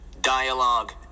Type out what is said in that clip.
dialogue